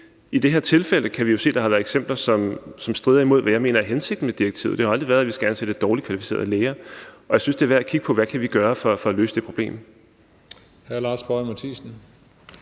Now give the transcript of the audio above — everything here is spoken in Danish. I det her tilfælde kan vi jo se, at der har været eksempler, som strider imod, hvad jeg mener er hensigten med direktivet. Det har aldrig været, at vi skal ansætte dårligt kvalificerede læger. Jeg synes, det er værd at kigge på, hvad vi kan gøre for at løse det problem.